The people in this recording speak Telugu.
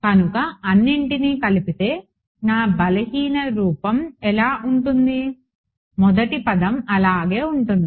కనుక అన్నింటినీ కలిపితే నా బలహీన రూపం ఎలా ఉంటుంది మొదటి పదం అలాగే ఉంటుంది